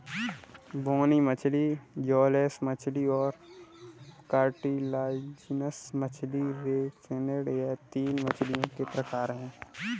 बोनी मछली जौलेस मछली और कार्टिलाजिनस मछली रे फिनेड यह तीन मछलियों के प्रकार है